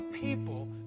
people